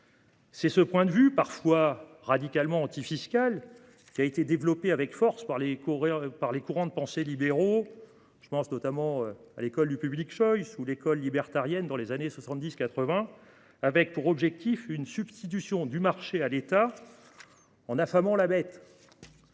C’est ce point de vue, parfois radicalement antifiscal, qui a été développé avec force par les courants de pensée libéraux, comme l’école du ou l’école libertarienne, dans les années 1970-1980, avec pour objectif une substitution du marché à l’État en « affamant la bête